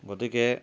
গতিকে